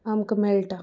आमकां मेळटा